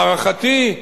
הערכתי,